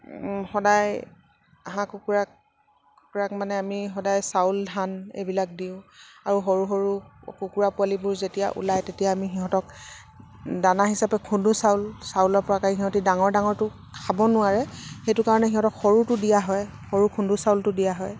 সদায় হাঁহ কুকুৰাক কুকুৰাক মানে আমি সদায় চাউল ধান এইবিলাক দিওঁ আৰু সৰু সৰু কুকুৰা পোৱালিবোৰ যেতিয়া ওলায় তেতিয়া আমি সিহঁতক দানা হিচাপে খুন্দো চাউল চাউলৰ পৰা সিহঁতে ডাঙৰ ডাঙৰটো খাব নোৱাৰে সেইটো কাৰণে সিহঁতক সৰুটো দিয়া হয় সৰু খুন্দো চাউলটো দিয়া হয়